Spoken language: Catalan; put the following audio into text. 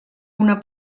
una